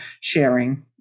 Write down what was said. sharing